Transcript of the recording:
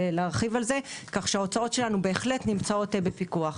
כך שההוצאות שלנו בהחלט נמצאות בפיקוח.